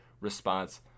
response